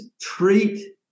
treat